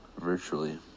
virtually